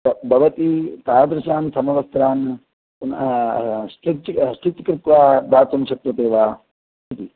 तत् भवती तादृशान् समवस्त्रान् पुनः स्टिच् स्टिच् कृत्वा दातुं शक्यते वा इति